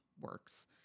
works